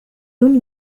دون